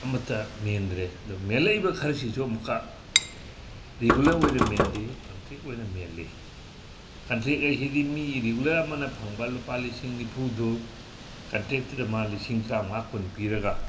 ꯑꯃꯇ ꯃꯦꯟꯗ꯭ꯔꯦ ꯑꯗꯣ ꯃꯦꯜꯂꯛꯏꯕ ꯈꯔꯁꯤꯁꯨ ꯑꯃꯨꯛꯀ ꯔꯤꯒꯨꯂꯔ ꯑꯣꯏꯅ ꯃꯦꯟꯗꯦ ꯀꯟꯇ꯭ꯔꯦꯛ ꯑꯣꯏꯅ ꯃꯦꯜꯂꯤ ꯀꯟꯇ꯭ꯔꯦꯛ ꯍꯥꯏꯁꯤꯗꯤ ꯃꯤ ꯔꯤꯒꯨꯂꯔ ꯑꯃꯅ ꯐꯪꯕ ꯂꯨꯄꯥ ꯂꯤꯁꯤꯡ ꯅꯤꯐꯨꯗꯨ ꯀꯟꯇ꯭ꯔꯦꯛꯇꯨꯗ ꯃꯥ ꯂꯤꯁꯤꯡ ꯇꯔꯥꯃꯉꯥ ꯀꯨꯟ ꯄꯤꯔꯒ